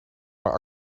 maar